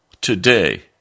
today